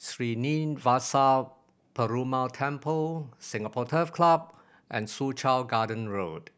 Srinivasa Perumal Temple Singapore Turf Club and Soo Chow Garden Road